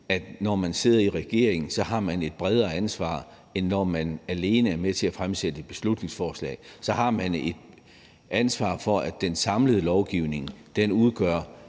at når man sidder i regering, har man et bredere ansvar, end når man alene er med til at fremsætte et beslutningsforslag. Så har man et ansvar for, at den samlede lovgivning udgør